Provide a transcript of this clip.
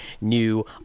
new